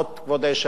אני לא יודע מה זמני.